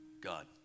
God